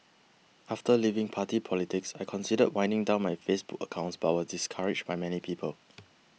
after leaving party politics I considered winding down my Facebook accounts but was discouraged by many people